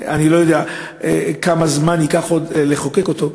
אני לא יודע כמה זמן ייקח עוד לחוקק אותו,